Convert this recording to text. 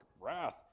wrath